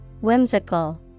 Whimsical